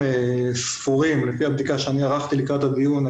לפי בדיקה שערכתי לפני הדיון,